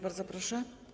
Bardzo proszę.